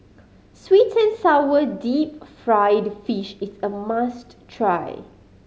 sweet and sour deep fried fish is a must try